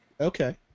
Okay